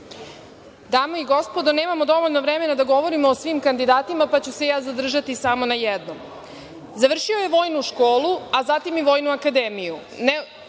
Dame i gospodo, nemamo dovoljno vremena da govorimo o svim kandidatima, pa ću se zadržati samo na jednom. Završio je vojnu školu, a zatim i Vojnu akademiju.